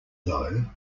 though